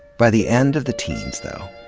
by the end of the teens, though,